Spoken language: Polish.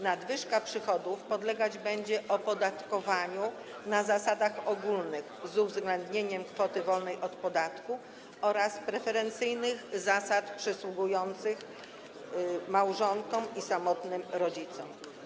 Nadwyżka przychodów podlegać będzie opodatkowaniu na zasadach ogólnych, z uwzględnieniem kwoty wolnej od podatku oraz preferencyjnych zasad przysługujących małżonkom i samotnym rodzicom.